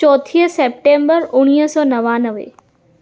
चोथीअ September उणिवीह सौ नवानवे